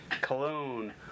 cologne